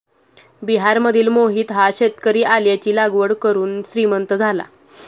बिहारमधील मोहित हा शेतकरी आल्याची लागवड करून श्रीमंत झाला